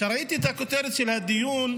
כשראיתי את הכותרת של הדיון,